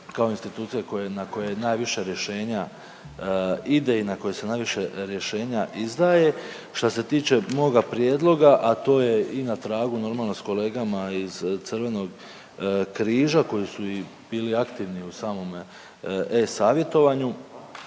kao institucije koje, na koje najviše rješenja ide i na koje se najviše rješenja izdaje. Što se tiče moga prijedloga, a to je i na tragu normalo i s kolegama iz Crvenog križa koji su i bili aktivni u samome e-savjetovanju